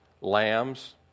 lambs